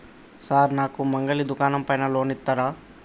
Sir నాకు మంగలి దుకాణం పైన లోన్ ఇత్తరా?